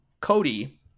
Cody